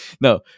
no